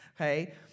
Okay